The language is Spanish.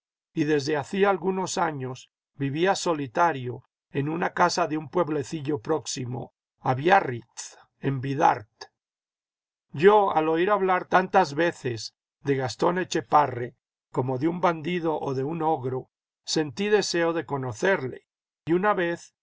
y desde hacía algunos años vivía solitario en una casa de un pueblecillo próximo a biarritz en bidart yo al oir hablar tantas veces de gastón etchepare como de un bandido o de un ogro sentí deseo de conocerle y una vez